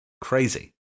Crazy